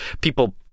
people